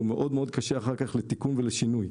מאוד מאוד קשה אחר כך לתיקון ולשינוי.